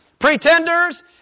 pretenders